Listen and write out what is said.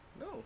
No